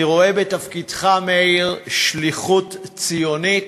אני רואה בתפקידך, מאיר, שליחות ציונית,